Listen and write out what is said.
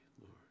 Lord